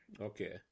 Okay